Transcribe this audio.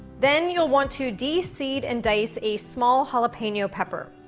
then, you'll want to de-seed and dice a small jalapeno pepper.